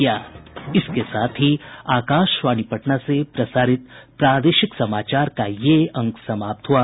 इसके साथ ही आकाशवाणी पटना से प्रसारित प्रादेशिक समाचार का ये अंक समाप्त हुआ